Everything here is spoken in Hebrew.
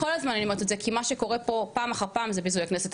כל הזמן אני אומרת את זה כי מה שקורה פה פעם אחר פעם זה ביזוי הכנסת,